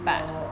no